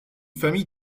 famille